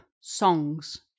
songs